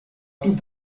tout